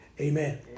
Amen